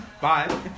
bye